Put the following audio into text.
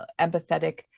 empathetic